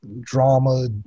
drama